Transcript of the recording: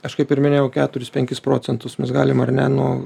aš kaip ir minėjau keturis penkis procentus mes galim ar ne nu